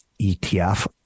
ETF